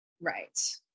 Right